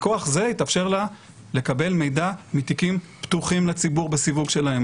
מכוח זה התאפשר לה לקבל מידע מתיקים פתוחים לציבור בסיווג שלהם.